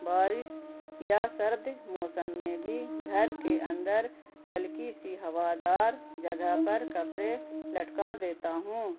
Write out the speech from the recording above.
بارش یا سرد موسم میں بھی گھر کے اندر ہلکی سی ہووادار جگہ پر کپڑے لٹکا دیتا ہوں